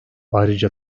ayrıca